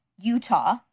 Utah